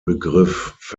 begriff